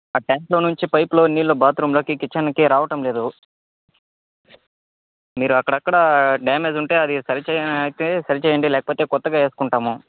ఆ ట్యాంక్లో నుంచి పైప్లో నీళ్ళు బాత్రూంలోకి కిచెన్కీ రావటంలేదు మీరు అక్కడక్కడా డేమేజ్ ఉంటే అది సరిచేయనైతే సరిచేయండి లేకపోతే కొత్తగా వేసుకుంటాము